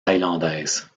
thaïlandaise